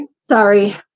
sorry